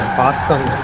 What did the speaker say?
boston